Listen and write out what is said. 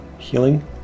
Healing